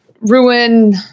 ruin